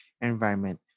environment